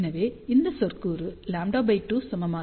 எனவே இந்த சொற்கூறு λ 2 சமமாகிறது